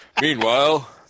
Meanwhile